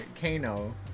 kano